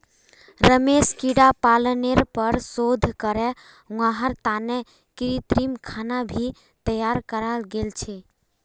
रेशमेर कीड़ा पालनेर पर शोध करे वहार तने कृत्रिम खाना भी तैयार कराल गेल छे